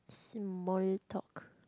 s~ small talk